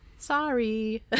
sorry